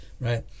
right